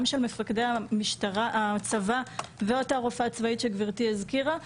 של מפקדי הצבא ואותה רופאה צבאית שגברתי הזכירה,